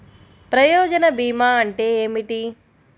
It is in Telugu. ప్రయోజన భీమా అంటే ఏమిటి?